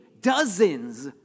dozens